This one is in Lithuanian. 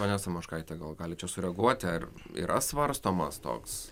ponia samoškaite gal galit čia sureaguoti ar yra svarstomas toks